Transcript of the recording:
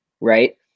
Right